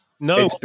No